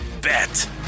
Bet